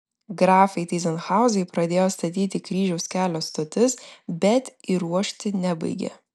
grafai tyzenhauzai pradėjo statyti kryžiaus kelio stotis bet įruošti nebaigė